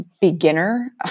beginner